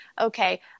okay